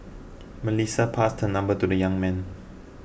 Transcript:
Melissa passed her number to the young man